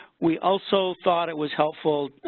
we also thought it was help full,